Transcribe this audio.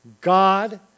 God